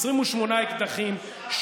28 אקדחים,